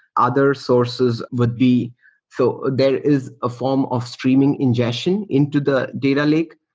other sources would be so there is a form of streaming ingestion into the data lake.